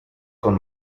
con